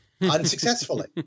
unsuccessfully